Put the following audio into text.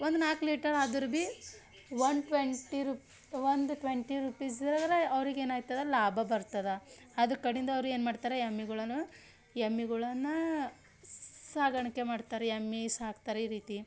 ಒಂದು ನಾಲ್ಕು ಲೀಟರ್ ಆದರೂ ಭಿ ಒಂದು ಟ್ವೆಂಟಿ ರು ಒಂದು ಟ್ವೆಂಟಿ ರುಪೀಸ್ ಇದ್ರೆ ಅವ್ರಿಗೆ ಏನು ಆಗ್ತದ ಲಾಭ ಬರ್ತದೆ ಅದ್ರ ಕಡಿಂದ ಅವ್ರು ಏನು ಮಾಡ್ತಾರೆ ಎಮ್ಮಿಗಳನ್ನ ಎಮ್ಮಿಗಳನ್ನ ಸಾಕಣ್ಕೆ ಮಾಡ್ತಾರೆ ಎಮ್ಮೆ ಸಾಕ್ತಾರೆ ಈ ರೀತಿ